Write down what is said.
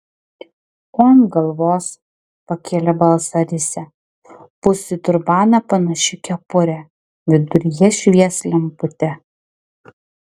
o ant galvos pakėlė balsą risia bus į turbaną panaši kepurė viduryje švies lemputė